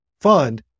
fund